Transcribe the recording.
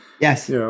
Yes